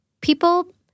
People